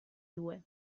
due